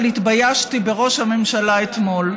אבל התביישתי בראש הממשלה אתמול.